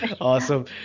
Awesome